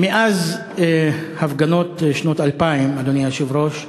מאז הפגנות שנות 2000, אדוני היושב-ראש,